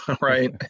right